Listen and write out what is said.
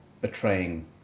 betraying